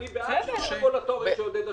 אני בעד שינוי רגולטורי שיעודד השקעות,